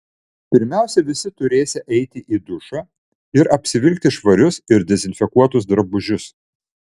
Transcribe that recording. pirmiausia visi turėsią eiti į dušą ir apsivilkti švarius ir dezinfekuotus drabužius